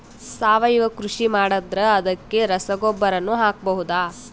ಸಾವಯವ ಕೃಷಿ ಮಾಡದ್ರ ಅದಕ್ಕೆ ರಸಗೊಬ್ಬರನು ಹಾಕಬಹುದಾ?